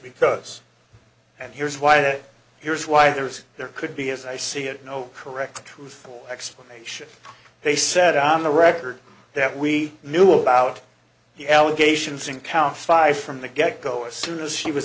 because and here's why and here's why there's there could be as i see it no correct truth explanation they said on the record that we knew about the allegations in count five from the get go as soon as she was